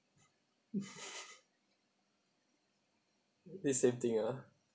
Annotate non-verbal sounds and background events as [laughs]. [laughs] it's same thing ah